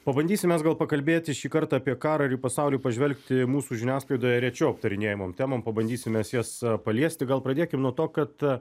pabandysim mes gal pakalbėti šį kartą apie karą ir į pasaulį pažvelgti mūsų žiniasklaidoje rečiau aptarinėjamom temom pabandysim mes jas paliesti gal pradėkim nuo to kad